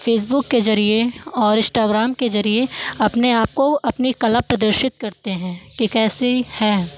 Facebook के जरिए और इंस्टाग्राम के जरिए अपने आप को अपनी कला प्रदर्शित करते हैं कि कैसी है